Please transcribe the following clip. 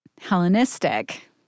Hellenistic